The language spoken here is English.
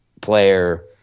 player –